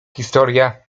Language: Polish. historia